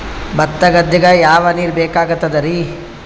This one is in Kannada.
ಭತ್ತ ಗದ್ದಿಗ ಯಾವ ನೀರ್ ಬೇಕಾಗತದರೀ?